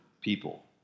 people